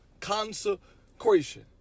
consecration